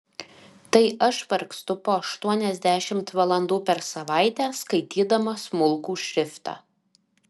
tai aš vargstu po aštuoniasdešimt valandų per savaitę skaitydama smulkų šriftą